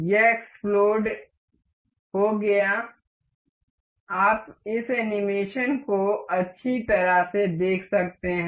यह एक्स्प्लोड हो गया आप इस एनीमेशन को अच्छी तरह से देख सकते हैं